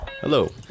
hello